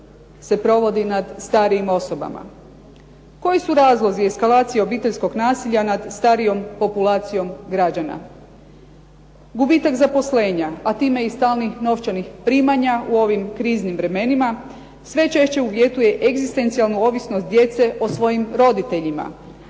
se provodi na starijim osobama. Koji su razlozi eskalacije obiteljskog nasilja nad starijom populacijom građana? Gubitak zaposlenja, a time i stalnih novčanih primanja u ovim kriznim vremenima sve češće uvjetuje egzistencijalnu ovisnost djece o svojim roditeljima,